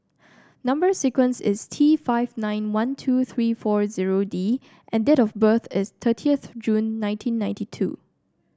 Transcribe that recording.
number sequence is T five nine one two three four zero D and date of birth is thirtieth June nineteen ninety two